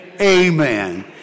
Amen